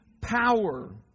power